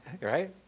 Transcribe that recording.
Right